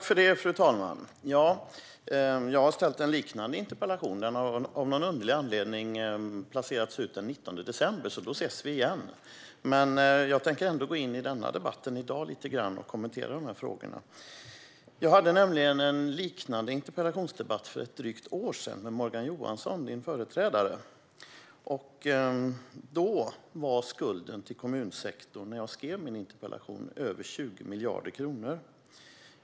Fru talman! Jag har ställt en liknande interpellation. Den har av någon underlig anledning placerats den 19 december, så då ses vi igen. Jag tänker ändå lite grann gå in i denna debatt i dag och kommentera frågorna. Jag hade nämligen en liknande interpellationsdebatt för ett drygt år sedan med Morgan Johansson, din företrädare. När jag skrev min interpellation var skulden till kommunsektorn över 20 miljarder kronor.